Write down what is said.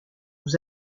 nous